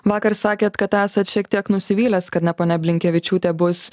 vakar sakėt kad esat šiek tiek nusivylęs kad ne ponia blinkevičiūtė bus